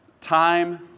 time